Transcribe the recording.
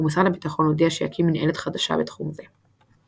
ומשרד הביטחון הודיע שיקים מנהלת חדשה בתחום זה.